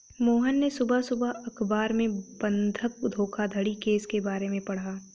मोहन ने सुबह सुबह अखबार में बंधक धोखाधड़ी केस के बारे में पढ़ा